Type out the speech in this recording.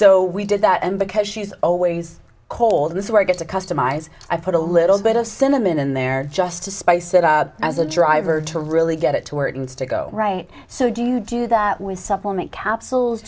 so we did that and because she's always cold this is where i get to customize i put a little bit of cinnamon in there just to spice it up as a driver to really get it to where it needs to go right so do you do that with supplement capsules